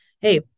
hey